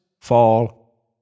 fall